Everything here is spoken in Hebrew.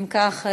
אם כך,